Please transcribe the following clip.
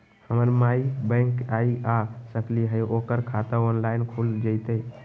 हमर माई बैंक नई आ सकली हई, ओकर खाता ऑनलाइन खुल जयतई?